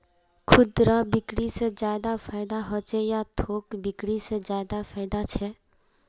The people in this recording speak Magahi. खुदरा बिक्री से ज्यादा फायदा होचे या थोक बिक्री से ज्यादा फायदा छे?